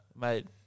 Mate